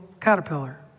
caterpillar